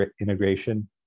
integration